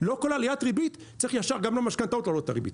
לא כל עליית ריבית צריך ישר גם למשכנתאות להעלות את הריבית.